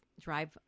drive